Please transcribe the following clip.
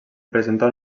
presentar